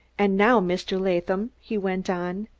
and now, mr. latham, he went on,